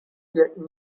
yet